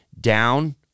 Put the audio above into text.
down